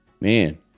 man